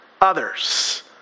others